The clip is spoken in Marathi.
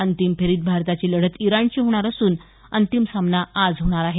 अंतिम फेरीत भारताची लढत इराणशी होणार असून अंतिम सामना आज होणार आहे